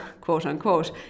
quote-unquote